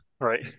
right